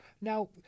now